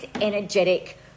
energetic